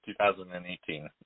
2018